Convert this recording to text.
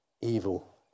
evil